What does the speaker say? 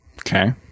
Okay